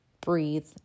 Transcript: breathe